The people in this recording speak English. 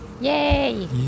Yay